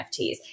NFTs